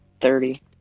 thirty